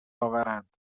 آورند